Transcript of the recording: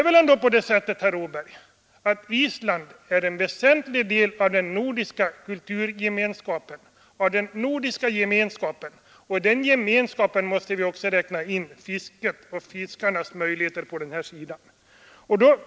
Island är ju en väsentlig del av den nordiska gemenskapen, och till den gemenskapen måste vi också räkna in de isländska fiskarnas möjligheter att skaffa sig utkomst.